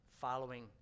following